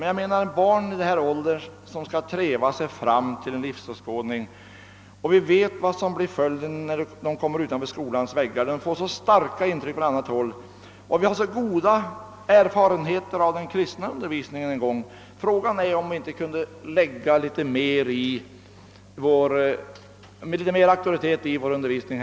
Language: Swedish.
Men när barnen i denna ålder, som trevar sig fram till en livsåskådning, så snart de kommer utanför skolans väggar får så starka intryck från annat håll och vi har så goda erfarenheter av den kristna undervisningen, frågar jag mig, om vi inte kunde lägga litet mer av auktoritet i vår undervisning.